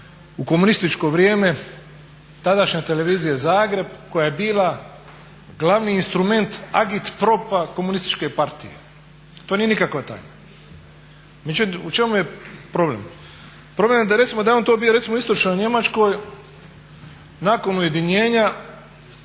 u komunističko vrijeme tadašnje televizije Zagreb koja je bila glavni instrument Agit propa komunističke partije. To nije nikakva tajna. Međutim u čemu je problem? Problem je da je recimo to on bio u istočnoj Njemačkoj nakon ujedinjenja